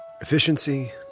Efficiency